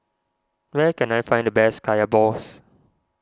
where can I find the best Kaya Balls